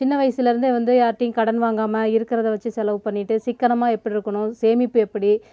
சின்ன வயசுலேருந்தே வந்து யார்ட்டேயும் கடன் வாங்காமல் இருக்கிறத வெச்சி செலவு பண்ணிட்டு சிக்கனமாக எப்படி இருக்கணும் சேமிப்பு எப்படி